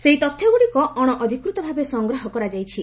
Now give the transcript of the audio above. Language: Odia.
ସେହି ତଥ୍ୟଗୁଡିକ ଅଣଅଧିକୃତଭାବେ ସଂଗ୍ରହ କରାଯାଇଛି